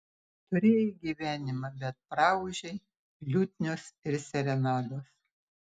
turėjai gyvenimą bet praūžei liutnios ir serenados